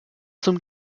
zum